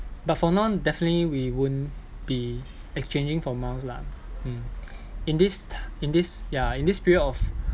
but for now definitely we won't be exchanging for miles lah mm in this in this yeah in this period of